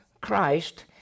Christ